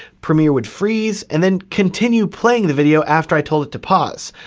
premiere would freeze and then continue playing the video after i told it to pause,